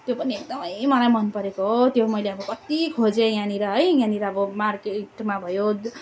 त्यो पनि एकदमै मलाई मन परेको हो त्यो मैले अब कति खोजेँ यहाँनिर है यहाँनिर अब मार्केटमा भयो